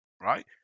right